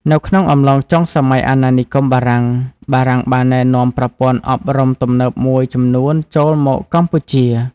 នៅក្នុងអំឡុងចុងសម័យអាណានិគមបារាំង បារាំងបានណែនាំប្រព័ន្ធអប់រំទំនើបមួយចំនួនចូលមកកម្ពុជា។